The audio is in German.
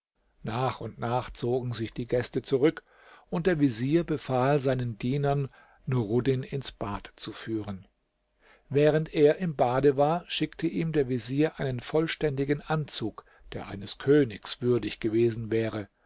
nach und nach zogen sich die gäste zurück und der vezier befahl seinen dienern nuruddin ins bad zu führen während er im bade war schickte ihm der vezier einen vollständigen anzug der eines königs würdig gewesen wäre